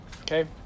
Okay